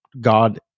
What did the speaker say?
God